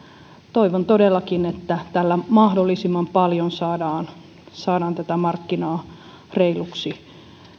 toivon todellakin että tällä mahdollisimman paljon saadaan saadaan markkinaa reiluksi